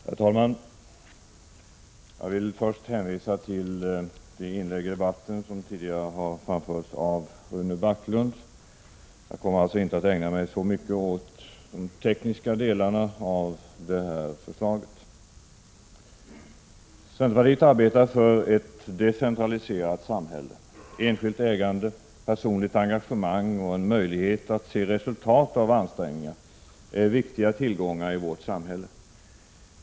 Herr talman! Jag vill först hänvisa till det inlägg i debatten som tidigare har framförts av Rune Backlund. Jag kommer alltså inte att ägna mig så mycket åt de tekniska delarna i detta förslag. Centerpartiet arbetar för ett decentraliserat samhälle. Enskilt ägande, personligt engagemang och en möjlighet att se resultat av ansträngningar är viktiga tillgångar i vårt samhälle.